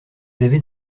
avez